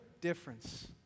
difference